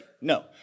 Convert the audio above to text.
no